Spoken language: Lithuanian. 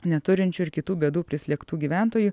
neturinčių ir kitų bėdų prislėgtų gyventojų